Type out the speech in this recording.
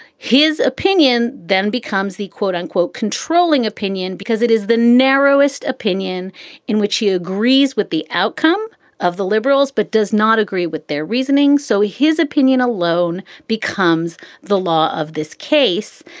his opinion then becomes the, quote, unquote, controlling opinion because it is the narrowest opinion in which he agrees with the outcome of the liberals, but does not agree with their reasoning. so his opinion alone becomes the law of this case.